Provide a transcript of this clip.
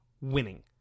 winning